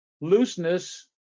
looseness